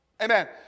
Amen